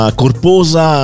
corposa